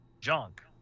junk